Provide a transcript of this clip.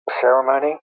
ceremony